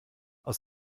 aus